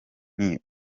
nti